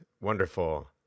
wonderful